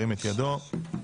הצבעה אושר.